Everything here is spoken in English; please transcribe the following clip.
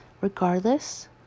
regardless